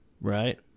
right